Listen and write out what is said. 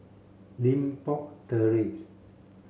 Limbok Terrace